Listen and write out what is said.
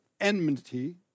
enmity